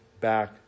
back